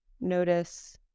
notice